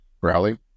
rally